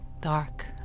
dark